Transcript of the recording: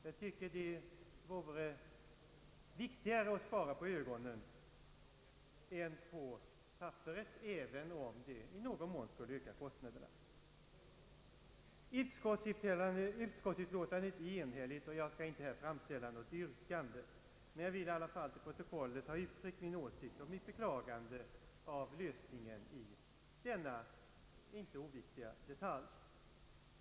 Jag tycker att det vore viktigare att spara på ögonen än på papperet, även om det i någon mån skulle öka kostnaderna. Utskottsutlåtandet är enhälligt, och jag skall inte framställa något yrkande. Men jag vill i alla fall till protokollet ha uttryckt min åsikt och mitt beklagande av lösningen på denna inte oviktiga detalj.